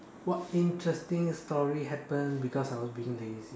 what interesting story happen because I was being lazy okay